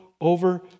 over